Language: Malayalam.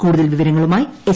കൂടുതൽ വിവരങ്ങളുമായി എസ്